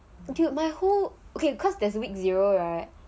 okay my who okay cause there's a week zero right